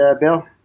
Bill